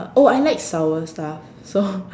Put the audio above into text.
oh I like sour stuff so